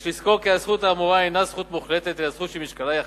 יש לזכור כי הזכות האמורה אינה זכות מוחלטת אלא זכות שמשקלה יחסי.